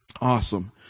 awesome